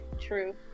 true